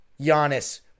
Giannis